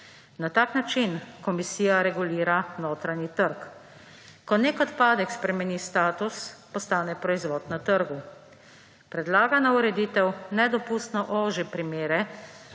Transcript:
Na tak način Komisija regulira notranji trg. Ko nek odpadek spremeni status, postane proizvod na trgu. Predlagana ureditev nedopustno oži primere,